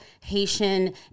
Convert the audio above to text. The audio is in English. Haitian